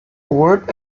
award